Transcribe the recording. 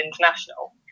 international